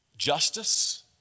justice